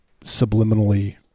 subliminally